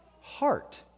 heart